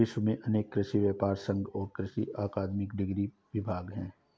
विश्व में अनेक कृषि व्यापर संघ और कृषि अकादमिक डिग्री विभाग है